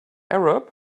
arab